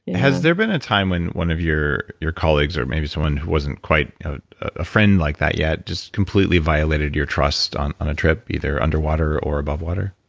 has there been a time when one of your your colleagues or maybe someone who wasn't quite a friend like that yet just completely violated your trust on on a trip, either underwater or above water?